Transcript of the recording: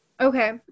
Okay